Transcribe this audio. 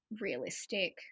realistic